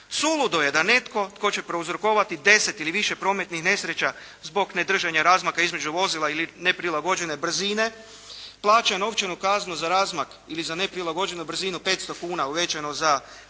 Suludo je da netko tko će prouzrokovati 10 ili više prometnih nesreća zbog ne držanja razmaka između vozila ili neprilagođene brzine plaća novčanu kaznu za razmak ili za neprilagođenu brzinu 500 kuna uvećano za